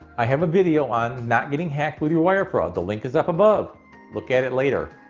i have a video on not getting hacked with your wire fraud. the link is up above look at it later.